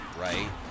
right